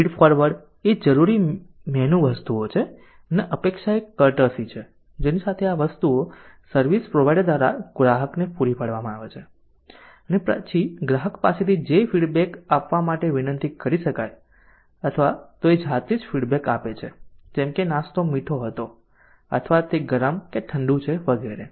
feed forward એ જરૂરી menu વસ્તુઓ છે અને અપેક્ષા એ કર્ટસી છે જેની સાથે આ વસ્તુઓ સર્વિસ પ્રોવાઇડર દ્રારા ગ્રાહકને પૂરી પાડવામાં આવે છે અને પછી ગ્રાહક પાસે થી જે ફીડબેક આપવા માટે વિનંતી કરી શકાય અથવા તો એ જાતે જ ફીડબેક આપે છે જેમ કે નાસ્તો મીઠો હતો અથવા તે ગરમ કે ઠંડુ છે વગેરે